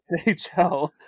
NHL